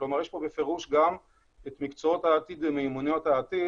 יש בפירוש גם מקצועות של מיומנויות העתיד